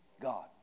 God